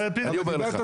אני אומר לך.